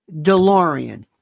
DeLorean